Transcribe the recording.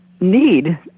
need